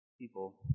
people